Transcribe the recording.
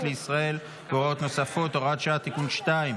לישראל והוראות נוספות) (הוראת שעה) (תיקון מס' 2),